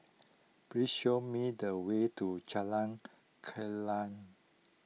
please show me the way to Jalan Kilang